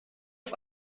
auf